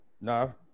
No